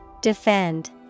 Defend